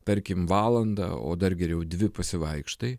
tarkim valandą o dar geriau dvi pasivaikštai